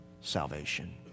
salvation